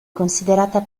considerata